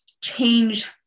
change